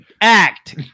act